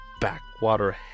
backwater